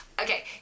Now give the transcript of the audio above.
okay